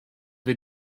wir